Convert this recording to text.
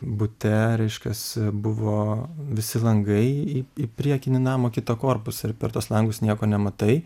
bute reiškias buvo visi langai į į priekinį namo kitą korpusą ir per tuos langus nieko nematai